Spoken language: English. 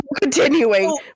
Continuing